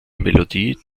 melodie